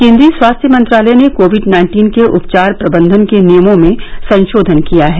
केन्द्रीय स्वास्थ्य मंत्रालय ने कोविड नाइन्टीन के उपचार प्रबंधन के नियमों में संशोधन किया है